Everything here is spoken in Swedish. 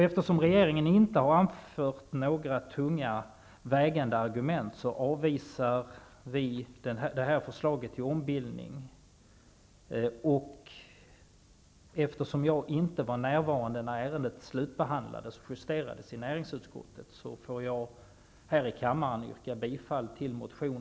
Eftersom regeringen inte har anfört några vägande argument avvisar vi förslaget till ombildning, och då jag inte var närvarande när ärendet slutbehandlades och justerades i näringsutskottet, får jag här i kammaren yrka bifall till motion